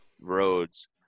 roads